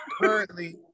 currently